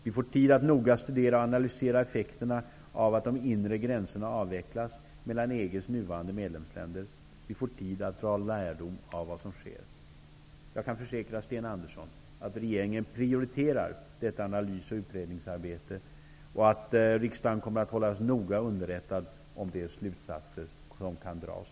Vi får tid att noga studera och analysera effekterna av att de inre gränserna avvecklas mellan EG:s nuvarande medlemsländer. Vi får tid att dra lärdom av vad som sker. Jag kan försäkra Sten Andersson att regeringen prioriterar detta analys och utredningsarbete och att riksdagen kommer att hållas noga underrättad om de slutsatser som kan dras.